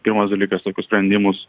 pirmas dalykas tokius sprendimus